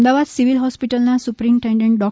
Ahmedabad civil હોસ્પિટલના superintendent ડો